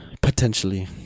Potentially